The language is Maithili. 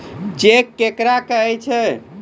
चेक केकरा कहै छै?